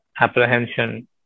apprehension